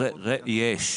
יש.